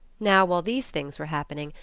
now, while these things were happening,